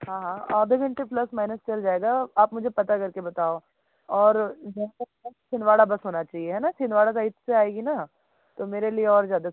हाँ हाँ आधे घंटे प्लस माइनस चल जाएगा आप मुझे पता करके बताओ और जहाँ तक है छिंदवाड़ा बस होना चाहिए है ना छिंदवाड़ा साइड से आएगी ना तो मेरे लिए और ज़्यादा